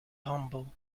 humble